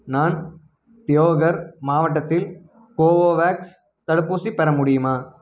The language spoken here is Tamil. நான் தியோகர் மாவட்டத்தில் கோவோவேக்ஸ் தடுப்பூசி பெற முடியுமா